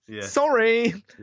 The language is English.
sorry